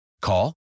Call